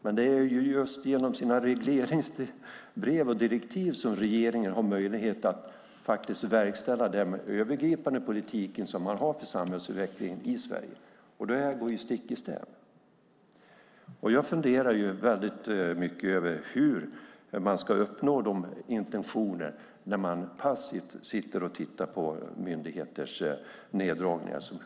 Men det är ju just genom sina regleringsbrev och direktiv som regeringen har möjlighet att verkställa den övergripande politik man har för samhällsutvecklingen i Sverige. Det här går stick i stäv med vartannat. Jag funderar väldigt mycket över hur man ska uppnå sina intentioner när man passivt sitter och tittar på de neddragningar som sker på myndigheterna.